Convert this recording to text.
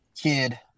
kid